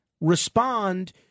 respond